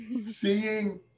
seeing